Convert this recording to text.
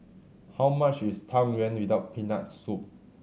how much is Tang Yuen without Peanut Soup